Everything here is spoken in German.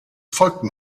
folgten